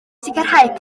sicrhau